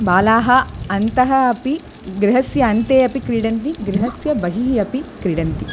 बालाः अन्तः अपि गृहस्य अन्ते अपि क्रीडन्ति गृहस्य बहिः अपि क्रीडन्ति